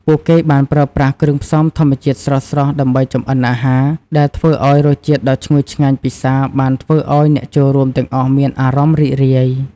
ពួកគេបានប្រើប្រាស់គ្រឿងផ្សំធម្មជាតិស្រស់ៗដើម្បីចម្អិនអាហារ ដែលធ្វើឲ្យរសជាតិដ៏ឈ្ងុយឆ្ងាញ់ពិសារបានធ្វើឲ្យអ្នកចូលរួមទាំងអស់មានអារម្មណ៍រីករាយ។